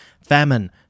famine